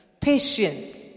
patience